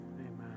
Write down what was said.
Amen